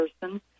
person